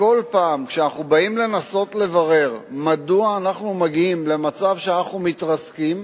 כל פעם שאנחנו באים לנסות לברר מדוע אנחנו מגיעים למצב שאנחנו מתרסקים,